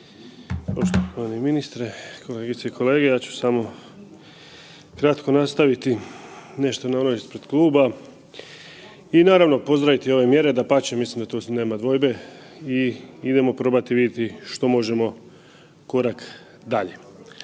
poštovani ministre, kolegice i kolege. Ja ću samo kratko nastaviti nešto na ono ispred kluba i naravno pozdraviti ove mjere, dapače mislim da tu nema dvojbe i idemo probati vidjeti što možemo korak dalje.